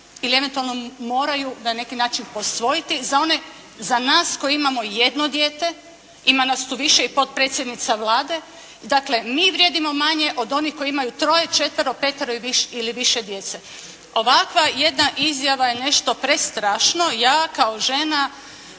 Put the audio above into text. ili eventualno moraju na neki način posvojiti, za one, za nas koji imamo jedno dijete. Ima nas tu više. I potpredsjednica Vlade. Dakle, mi vrijedimo manje od onih koji imaju troje, četvero, petero ili više djece. Ovakva jedna izjava je nešto prestrašno. Ja kao žena